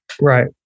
Right